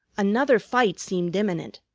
another fight seemed imminent.